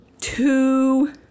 two